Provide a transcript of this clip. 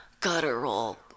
guttural